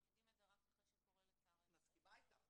הם יודעים את זה רק אחרי שקורה לצערנו -- מסכימה איתך,